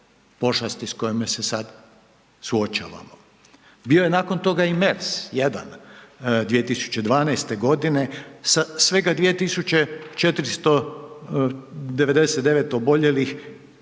pošasti s kojom se sad suočavamo. Bio je nakon toga i MERS-1, 2012. g. sa svega 2 499 oboljelih